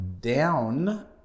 down